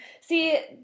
See